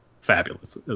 fabulous